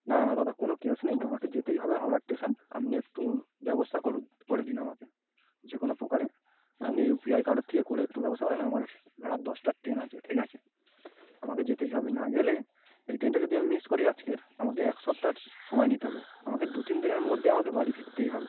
না না না দাদা কোনো ক্যাশ নেই আমাকে যেতেই হবে হাওড়া স্টেশন আপনি একটু ব্যবস্থা করুন করে দিন আমাকে যে কোনো প্রকারে আপনি ইউপিআই কারোর থেকে করে একটু ব্যবস্থা আমার রাত দশটার ট্রেন আছে ঠিক আছে আমাকে যেতেই হবে না গেলে এই ট্রেনটা যদি আমি মিস করি আজকের আমাকে এক সপ্তাহর সময় নিতে হবে আমাকে দু তিন দিনের মধ্যে আমাকে বাড়ি ফিরতেই হবে